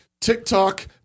TikTok